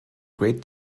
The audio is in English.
great